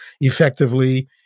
effectively